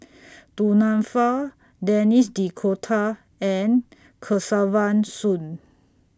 Du Nanfa Denis D'Cotta and Kesavan Soon